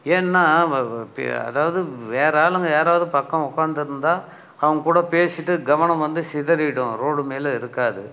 ஏன்னா அதாவது வேறு ஆளுங்க யாராவது பக்கம் உட்காந்துருந்தா அவங்க கூட பேசிவிட்டு கவனம் வந்து சிதறிடும் ரோடு மேலே இருக்காது